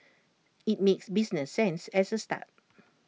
IT makes business sense as A start